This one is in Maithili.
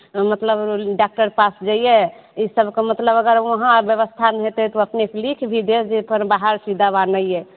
मतलब डाक्टरके पास जयियै ई सबके मतलब अगर वहाॅं व्यवस्था नहि हेतै तऽ ओ अपने सऽ लीख भी देत जे तहन बहार सऽ ई दबा नहि अछि